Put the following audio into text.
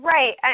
Right